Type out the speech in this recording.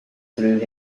through